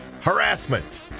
harassment